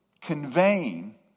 conveying